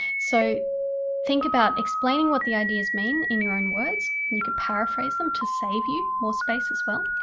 so think about explaining what the ideas mean in your own words. and you can paraphrase them to save you more space as well,